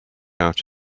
out